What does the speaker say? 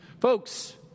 Folks